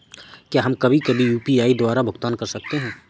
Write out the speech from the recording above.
क्या हम कभी कभी भी यू.पी.आई द्वारा भुगतान कर सकते हैं?